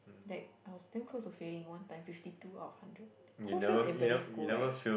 like I was damn close to failing one time fifty two out of hundred who fails in primary school right